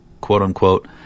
quote-unquote